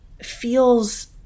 feels